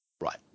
Right